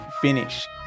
finish